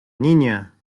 niña